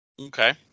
Okay